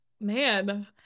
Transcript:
man